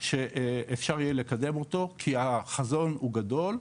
כדי שאפשר יהיה לקדם אותו, כי החזון הוא גדול,